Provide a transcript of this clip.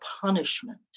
punishment